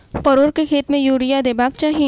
परोर केँ खेत मे यूरिया देबाक चही?